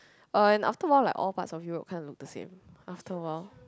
uh and after awhile like all parts of Europe kind of look the same after awhile